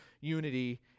unity